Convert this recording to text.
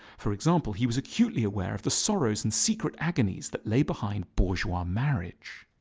for example, he was acutely aware of the sorrows and secret agonies that lay behind bourgeois marriage.